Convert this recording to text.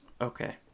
Okay